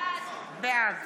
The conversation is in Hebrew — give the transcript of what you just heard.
בעד